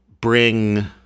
bring